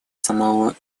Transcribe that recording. самоа